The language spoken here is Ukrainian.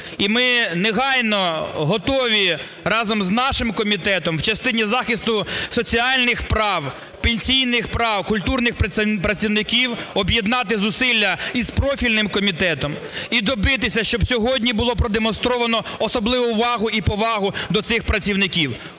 І ми негайно готові разом з нашим комітетом в частині захисту соціальних прав, пенсійних прав культурних працівників об'єднати зусилля і з профільним комітетом, і добитися, щоб сьогодні було продемонстровано особливу увагу і повагу до цих працівників.